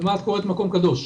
למה את קוראת מקום קדוש?